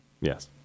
Yes